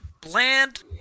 bland